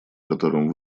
которым